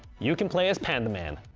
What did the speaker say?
you can play as pandaman.